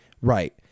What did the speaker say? Right